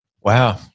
Wow